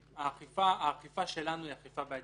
האכיפה שלנו היא אכיפה בעייתית.